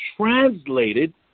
translated